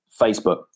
Facebook